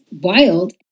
wild